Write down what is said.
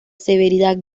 severidad